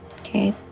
Okay